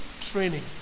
training